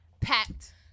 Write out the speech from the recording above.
packed